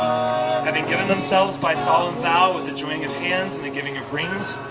having given themselves by solemn vow with the joining of hands and the giving of rings,